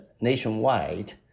nationwide